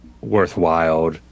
worthwhile